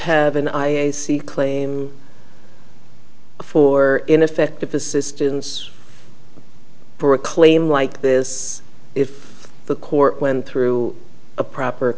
have an i c claim for ineffective assistance for a claim like this if the court went through a proper